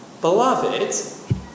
Beloved